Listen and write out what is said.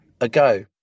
ago